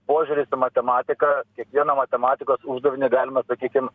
požiūris į matematiką kiekvieną matematikos uždavinį galima sakykim